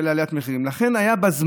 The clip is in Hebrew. מסכימים לזה שהעלו את המחירים בהשוואה מלאה,